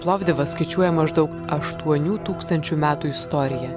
plovdivas skaičiuoja maždaug aštuonių tūkstančių metų istoriją